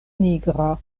nigra